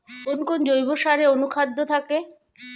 কোন কোন জৈব সারে অনুখাদ্য থাকে?